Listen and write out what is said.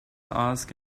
ask